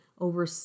over